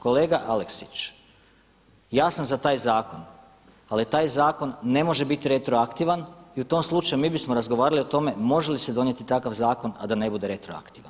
Kolega Aleksić ja sam za taj zakon, ali taj zakon ne može biti retroaktivan i tom slučaju mi bismo razgovarali o tome može li se donijeti takav zakon, a da ne bude retroaktivan.